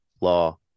law